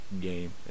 game